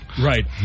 Right